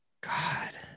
god